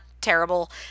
terrible